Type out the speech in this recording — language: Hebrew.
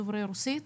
דוברי רוסית,